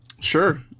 Sure